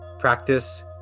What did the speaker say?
Practice